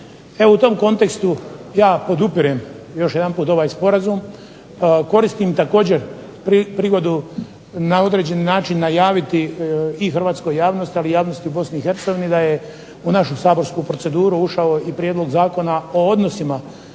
Evo u tom kontekstu ja podupirem još jedanput ovaj sporazum. Koristim također prigodu na određeni način najaviti i hrvatskoj javnosti ali i javnosti u BiH da je u našu saborsku proceduru ušao i Prijedlog Zakona o odnosima